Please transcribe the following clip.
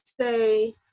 say